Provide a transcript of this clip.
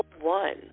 one